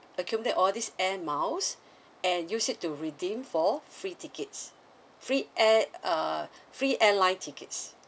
accumulate all these air miles and use it to redeem for free tickets free air uh free airline tickets